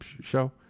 Show